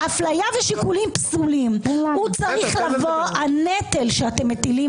אפליה ושיקולים פסולים הנטל שאתם מטילים